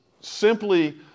simply